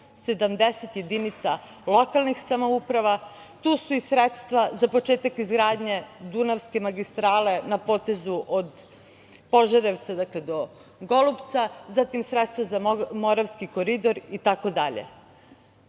70 jedinica lokalnih samouprava. Tu su i sredstva za početak izgradnje dunavske magistrale na potezu o Požarevca do Golupca, zatim sredstva za Moravski koridor,